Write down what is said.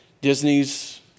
Disney's